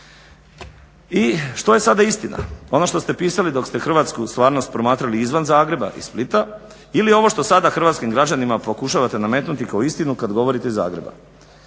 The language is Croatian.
I što je sada istina? Ono što ste pisali dok ste hrvatsku stvarnost promatrali izvan Zagreba iz Splita ili ovo sada što hrvatskim građanima pokušavate nametnuti kao istinu kada govorite iz Zagreba.